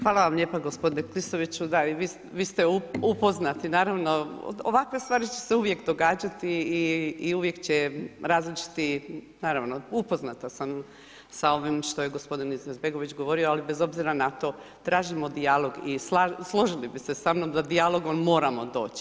Hvala vam lijepo gospodine Klisoviću, da i vi ste upoznati, naravno, ovakve stvari će se uvijek događati i uvijek će različiti, naravno, upoznata sam sa ovim što je gospodin Izetbegović govorio, ali bez obzira na to, tražimo dijalog i složili bi se sa mnom, da dijalogom moramo doći.